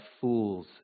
fool's